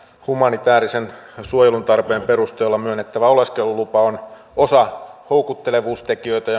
humanitäärisen suojelun tarpeen perusteella myönnettävä oleskelulupa on osa houkuttelevuustekijöitä